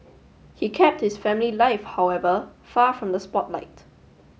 he kept his family life however far from the spotlight